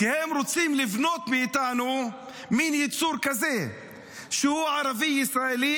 כי הם רוצים לבנות מאיתנו מין יצור כזה שהוא ערבי ישראלי,